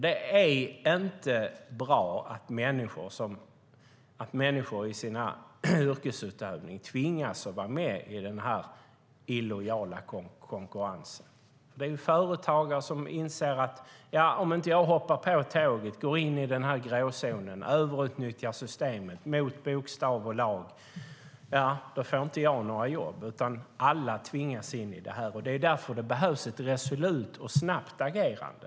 Det är inte bra att människor i sin yrkesutövning tvingas att vara med i den illojala konkurrensen. Företagare inser att om de inte hoppar på tåget, går in i gråzonen och överutnyttjar systemet mot lagens bokstav får de inte några jobb. Alla tvingas in i det här. Därför behövs det ett resolut och snabbt agerande.